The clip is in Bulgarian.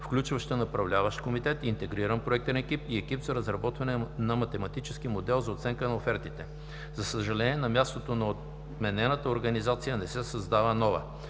включваща Направляващ комитет, Интегриран проектен екип и Екип за разработване на математически модел за оценка на офертите. За съжаление, на мястото на отменената организация не се създава нова.